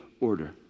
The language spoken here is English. order